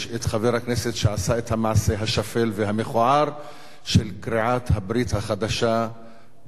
הכנסת שעשה את המעשה השפל והמכוער של קריעת הברית החדשה בפומבי.